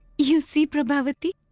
you see prabhavati,